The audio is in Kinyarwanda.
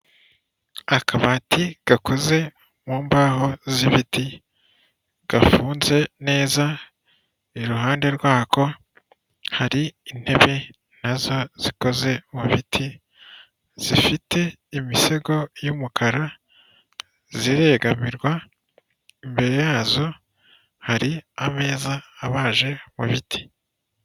Akabati gakoze mu mbaho z'ibiti gafunze neza iruhande rwako hari intebe nazo zikoze mu biti zifite imisego y'umukara ziregamirwa imbere yazo hari ameza abaje mu biti.